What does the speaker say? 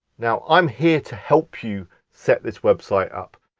now i'm here to help you set this website up.